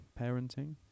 parenting